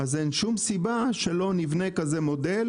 אז אין שום סיבה שלא נבנה כזה מודל,